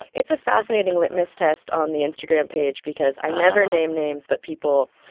it's a fascinating litmus test on the instagram page because i never name names, but people,